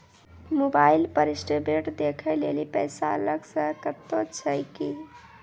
Mobile पर statement देखे लेली पैसा अलग से कतो छै की?